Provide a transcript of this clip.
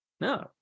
No